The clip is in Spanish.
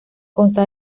consta